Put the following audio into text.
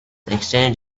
exchanged